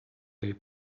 they